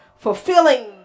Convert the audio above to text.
Fulfilling